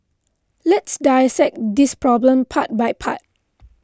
let's dissect this problem part by part